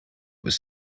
was